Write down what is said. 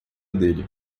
dele